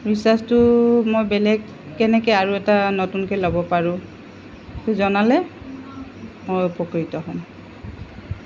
ৰিচাৰ্জটো মই বেলেগ কেনেকৈ আৰু এটা নতুনকৈ ল'ব পাৰোঁ জনালে মই উপকৃত হ'ম